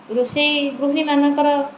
ରୋଷେଇ ଗୃହିମାନଙ୍କର